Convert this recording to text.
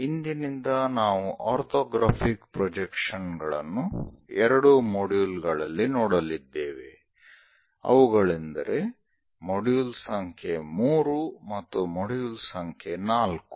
ಇಂದಿನಿಂದ ನಾವು orthographic projection ಗಳನ್ನು 2 ಮಾಡ್ಯೂಲ್ ಗಳಲ್ಲಿ ನೋಡಲಿದ್ದೇವೆ ಅವುಗಳೆಂದರೆ ಮಾಡ್ಯೂಲ್ ಸಂಖ್ಯೆ 3 ಮತ್ತು ಮಾಡ್ಯೂಲ್ ಸಂಖ್ಯೆ 4